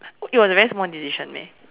it was a very small decision meh